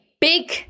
big